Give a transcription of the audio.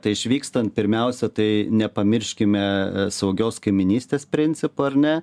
tai išvykstan pirmiausia tai nepamirškime saugios kaimynystės principo ar ne